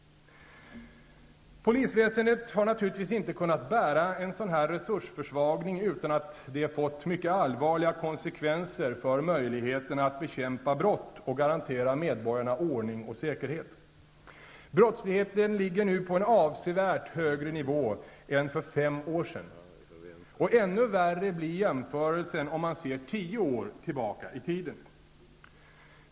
Polisväsendet har naturligtvis inte kunnat bära en sådan resursförsvagning utan att det fått mycket allvarliga konsekvenser för möjligheterna att bekämpa brott och garantera medborgarna ordning och säkerhet. Brottsligheten ligger nu på en avsevärt högre nivå än för fem år sedan. Ännu värre blir jämförelsen om man ser tio år tillbaka i tiden.